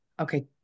Okay